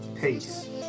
Peace